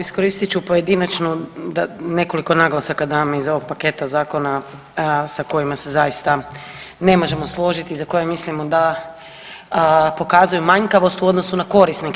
Iskoristit ću pojedinačnu da nekoliko naglasaka dam iz ovog paketa zakona sa kojima se zaista ne možemo složiti i za koje mislimo da pokazuju manjkavost u odnosu na korisnike.